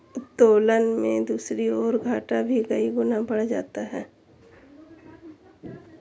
उत्तोलन में दूसरी ओर, घाटा भी कई गुना बढ़ जाता है